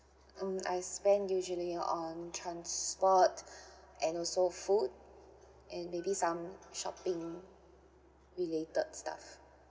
mm I spend usually on transport and also food and maybe some shopping related stuff